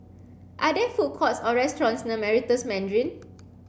are there food courts or restaurants near Meritus Mandarin